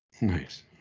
Nice